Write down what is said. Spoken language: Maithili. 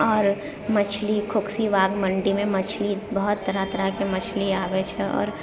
आओर मछली खोक्सी बाग मण्डीमे बहुत तरह तरहके मछली आबै छै आओर